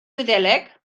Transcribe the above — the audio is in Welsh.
gwyddeleg